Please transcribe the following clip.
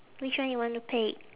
which one you want to pick